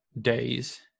days